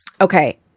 Okay